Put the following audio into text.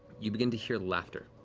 you begin to hear laughter.